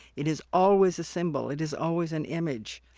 it is always a symbol it is always an image.